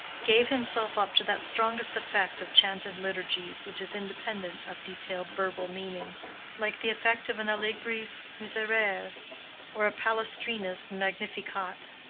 gave himself up to that strongest effect of chanted liturgies which is independent of detailed verbal meaning like the effect of an allegri's miserere or a palestrina's magnificat.